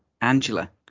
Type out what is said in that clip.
Angela